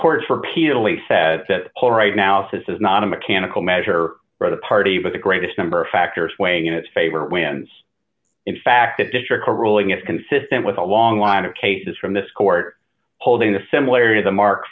court for pilate said that all right now so this is not a mechanical measure for the party but the greatest number of factors weighing it favor wins in fact that district court ruling is consistent with a long line of cases from this court holding the similar to the mark